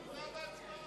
הוא נמנע בהצבעה.